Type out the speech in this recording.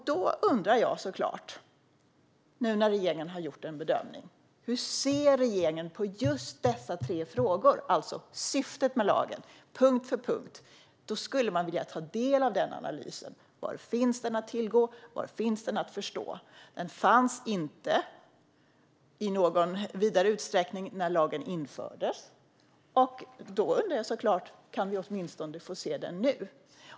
Då undrar jag såklart, nu när regeringen har gjort en bedömning: Hur ser regeringen på just dessa tre frågor, alltså syftet med lagen, punkt för punkt? Jag skulle vilja ta del av denna analys. Var finns den att tillgå och förstå? Den fanns inte i någon vidare utsträckning när lagen infördes, så kan vi åtminstone få se den nu?